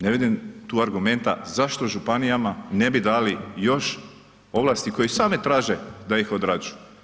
Ne vidim tu argumenta zašto županijama ne bi dali još ovlasti koje same traže da ih odrađuju?